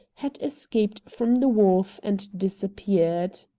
had escaped from the wharf and disappeared.